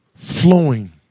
Flowing